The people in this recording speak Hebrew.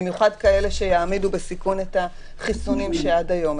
במיוחד כאלה שיעמידו בסיכון את החיסונים שניתנו עד היום.